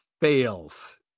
fails